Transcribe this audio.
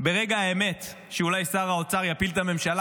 ברגע האמת שאולי שר האוצר יפיל את הממשלה